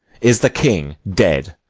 is the king dead?